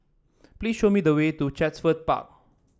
please show me the way to Chatsworth Park